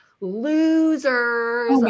losers